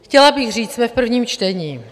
Chtěla bych říct, jsme v prvním čtení.